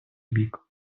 бік